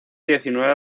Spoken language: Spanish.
diecinueve